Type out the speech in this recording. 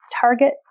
target